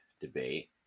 debate